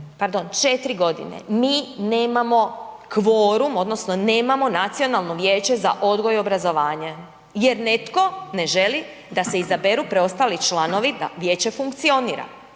mi nemamo kvorum odnosno nemamo Nacionalno vijeće za odgoj i obrazovanje jer netko ne želi da se izaberu preostali članovi da vijeće funkcionira,